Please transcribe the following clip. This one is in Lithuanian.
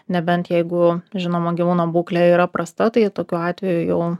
nebent jeigu žinoma gyvūno būklė yra prasta tai tokiu atveju jau